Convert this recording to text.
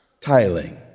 tiling